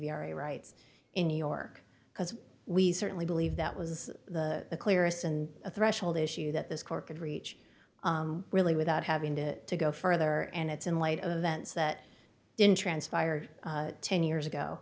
very writes in new york because we certainly believe that was the clearest and a threshold issue that this court could reach really without having to go further and it's in light of vents that in transpired ten years ago